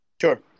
sure